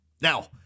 Now